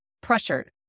pressured